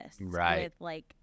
Right